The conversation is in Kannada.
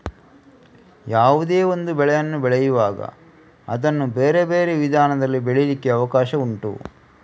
ಯಾವುದೇ ಒಂದು ಬೆಳೆಯನ್ನು ಬೆಳೆಯುವಾಗ ಅದನ್ನ ಬೇರೆ ಬೇರೆ ವಿಧಾನದಲ್ಲಿ ಬೆಳೀಲಿಕ್ಕೆ ಅವಕಾಶ ಉಂಟು